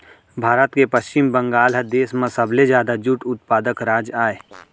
भारत के पस्चिम बंगाल ह देस म सबले जादा जूट उत्पादक राज अय